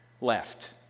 left